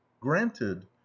Granted